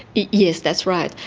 yes, that's right,